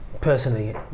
Personally